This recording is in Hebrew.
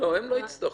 לא, הם לא יצטרכו.